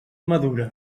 madura